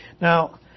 Now